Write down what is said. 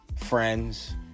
Friends